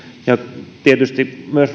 ja tietysti myös